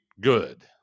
good